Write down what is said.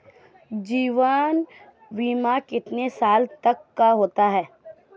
जीवन बीमा कितने साल तक का होता है?